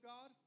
God